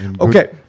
Okay